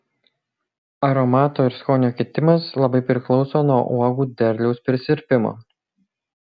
aromato ir skonio kitimas labai priklauso nuo uogų derliaus prisirpimo